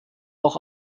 auch